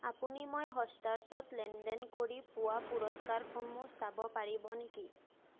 আপুনি মই হটষ্টাৰচত লেনদেন কৰি পোৱা পুৰস্কাৰসমূহ চাব পাৰিব নেকি